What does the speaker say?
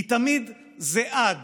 כי תמיד זה עד